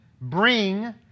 bring